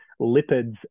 lipids